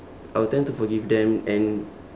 I'll tend to forgive them and